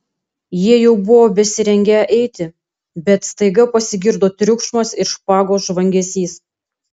jie jau buvo besirengią eiti bet staiga pasigirdo triukšmas ir špagų žvangesys